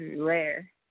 rare